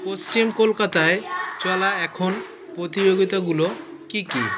পশ্চিম কলকাতায় চলা এখন প্রতিযোগিতাগুলো কী কী